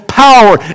Power